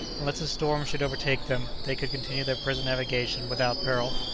unless a storm should overtake them, they could continue their present navigation without peril,